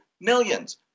millions